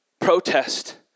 protest